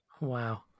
Wow